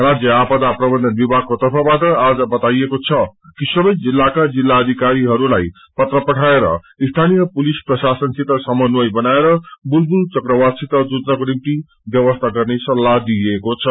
राज्य आपदा प्रबन्धन विभागाको तर्फबाट आज बताईएको छ कि संबै जिल्लाका जिल्लाधिकारीहरूलाई पत्र पठाएर स्थानीय पुलिस प्रशासनसित समन्वय बनाएर बुलबुल चक्रवातसित जुझ्नको निम्ति व्यवसी गन्ने सल्लाह दिइएको छ